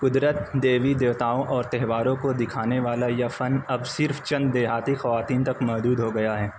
قدرت دیوی دیوتاؤں اور تہواروں کو دکھانے والا یہ فن اب صرف چند دیہاتی خواتین تک محدود ہو گیا ہے